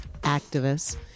Activists